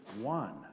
one